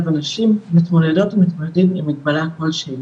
הנשים מתמודדות ומתמודדים עם מגבלה כל שהיא,